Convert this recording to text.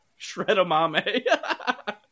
Shredamame